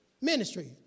ministry